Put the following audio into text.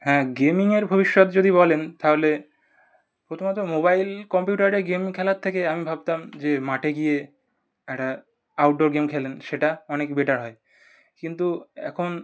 হ্যাঁ গেমিংয়ের ভবিষ্যৎ যদি বলেন তাহলে প্রথমত মোবাইল কম্পিউটারে গেম খেলার থেকে আমি ভাবতাম যে মাঠে গিয়ে একটা আউটডোর গেম খেলেন সেটা অনেকই বেটার হয় কিন্তু এখন